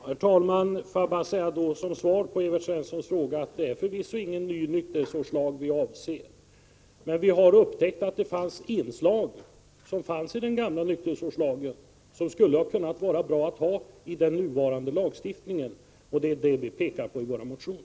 Herr talman! Låt mig bara säga, som svar på Evert Svenssons fråga, att vi förvisso inte avser att införa någon ny nykterhetsvårdslag. Men vi har upptäckt att det fanns inslag i den gamla nykterhetsvårdslagen som skulle ha kunnat vara bra att ha i nuvarande lagstiftning — och det är det vi pekar på i vår motion.